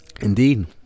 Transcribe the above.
Indeed